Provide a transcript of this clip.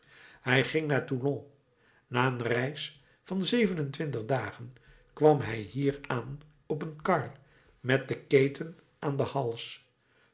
hij ging naar toulon na een reis van zeven-en-twintig dagen kwam hij hier aan op een kar met de keten aan den hals